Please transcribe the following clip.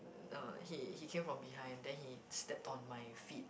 uh he he came from behind then he stepped on my feet